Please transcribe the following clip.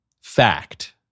fact